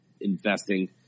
investing